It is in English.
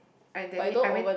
I that day I went